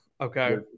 Okay